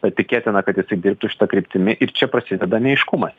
tad tikėtina kad jisai dirbtų šita kryptimi ir čia prasideda neaiškumai